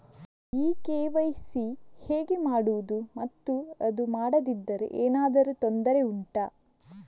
ಈ ಕೆ.ವೈ.ಸಿ ಹೇಗೆ ಮಾಡುವುದು ಮತ್ತು ಅದು ಮಾಡದಿದ್ದರೆ ಏನಾದರೂ ತೊಂದರೆ ಉಂಟಾ